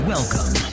Welcome